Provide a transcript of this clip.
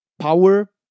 power